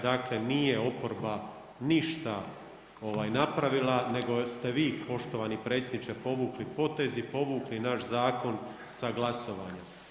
Dakle nije oporba ništa napravila nego ste vi, poštovani predsjedniče povukli potez i povukli naš zakon sa glasovanja.